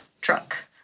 truck